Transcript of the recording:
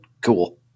cool